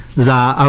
the,